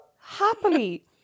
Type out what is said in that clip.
happily